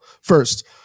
First